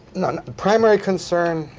no. primary concern?